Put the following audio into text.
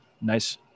nice